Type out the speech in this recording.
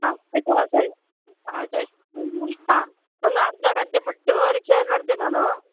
ಹಾಂ ಆಯಿತಾ ಸರಿ ಆಯ್ತು ಆಯಿತು ಹಾಂ ಒಂದು ಅರ್ಧ ಗಂಟೆ ಬಿಟ್ಟು ರಿಕ್ಷಾ ಏರಿ ಬರ್ತೇನೆ ನಾನು